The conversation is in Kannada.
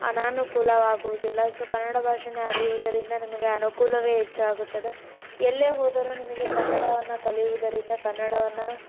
ಅನಾನುಕೂಲವಾಗುವುದಿಲ್ಲ ಸೊ ಕನ್ನಡ ಭಾಷೆಯನ್ನು ಅರಿಯುವುದರಿಂದ ನಮಗೆ ಅನುಕೂಲವೇ ಹೆಚ್ಚಾಗುತ್ತದೆ ಎಲ್ಲೇ ಹೋದರೂ ನಿಮಗೆ ಕನ್ನಡವನ್ನು ಕಲಿಯುವುದರಿಂದ ಕನ್ನಡವನ್ನು